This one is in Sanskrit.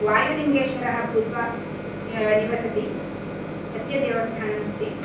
वायुलिङ्गेश्वरः भूत्वा निवसति तस्य देवस्थानमस्ति